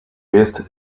raised